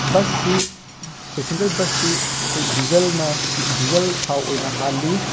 ꯕꯁꯁꯤ ꯄꯦꯁꯦꯟꯖꯔ ꯕꯁꯁꯤ ꯑꯩꯈꯣꯏ ꯗꯤꯖꯜꯅ ꯁꯤ ꯗꯤꯖꯜ ꯊꯥꯎ ꯑꯣꯏꯅ ꯍꯥꯜꯂꯤ